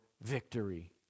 victory